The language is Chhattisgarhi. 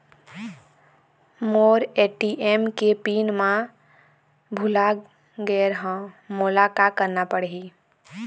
मोर ए.टी.एम के पिन मैं भुला गैर ह, मोला का करना पढ़ही?